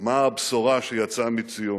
מה הבשורה שיצאה מציון: